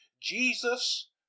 Jesus